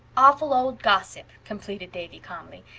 awful old gossip, completed davy calmly.